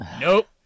Nope